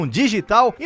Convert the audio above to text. digital